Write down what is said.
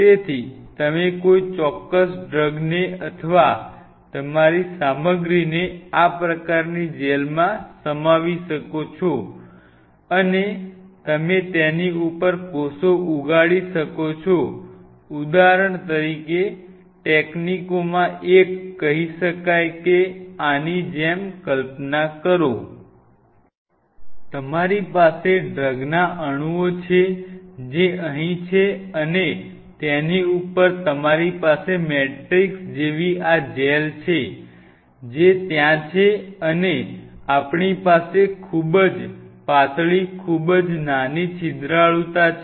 તેથી તમે કોઈ ચોક્કસ ડ્રગને અથ વા તમારી સામગ્રીને આ પ્રકારની જેલમાં સમાવી શકો છો અને તમે તેની ઉપર કોષો ઉગાડી શકો છો ઉદાહરણ તરીકે તકનીકોમાંથી એક કહી શકાય કે આની જેમ કલ્પના કરો તમારી પાસે ડ્રગના અણુઓ છે જે અહીં છે અને તેની ઉપર તમારી પાસે મેટ્રિક્સ જેવી આ જેલ છે જે ત્યાં છે અને આપણી પાસે ખૂબ જ પાતળી ખૂબ જ નાની છિદ્રાળુતા છે